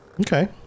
Okay